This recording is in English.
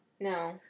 No